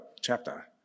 chapter